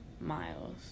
Miles